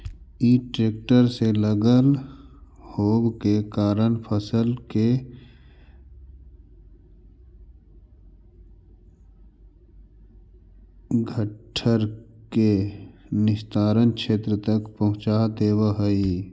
इ ट्रेक्टर से लगल होव के कारण फसल के घट्ठर के निस्तारण क्षेत्र तक पहुँचा देवऽ हई